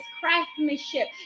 craftsmanship